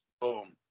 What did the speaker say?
boom